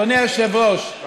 אדוני היושב-ראש,